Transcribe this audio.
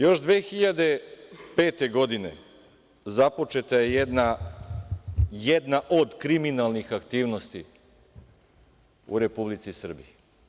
Još 2005. godine započeta je jedna od kriminalnih aktivnosti u Republici Srbiji.